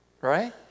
right